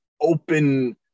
open